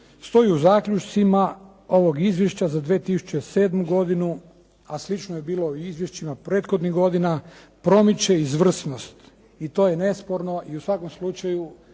stoji u zaključcima ovog izvješća za 2007. godinu a slično je bilo i u izvješćima prethodnih godina promiče izvrsnost i to je nesporno i u svakom slučaju